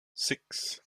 six